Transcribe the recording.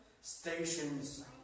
stations